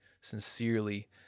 sincerely